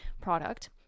product